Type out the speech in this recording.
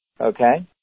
okay